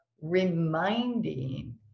reminding